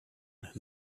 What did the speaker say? who